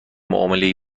معاملهای